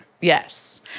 Yes